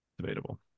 debatable